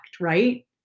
right